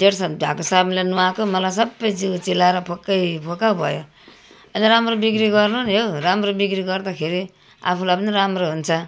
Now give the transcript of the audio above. date fail भएको साबुनले नुहाएको मलाई सबै जिउ चिलाएर फोकै फोका भयो अलि राम्रो बिक्री गर्नु नि हो राम्रो बिक्री गर्दाखेरि आफूलाई पनि राम्रो हुन्छ